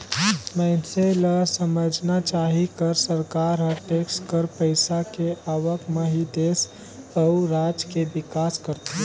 मइनसे ल समझना चाही कर सरकार हर टेक्स कर पइसा के आवक म ही देस अउ राज के बिकास करथे